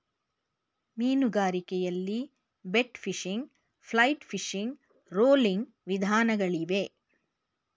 ಮೀನುಗಾರಿಕೆಯಲ್ಲಿ bait fishing, flight fishing, rolling ವಿಧಾನಗಳಿಗವೆ